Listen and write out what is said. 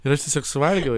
ir aš tiesiog suvalgiau